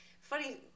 Funny